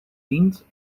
dient